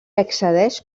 accedeix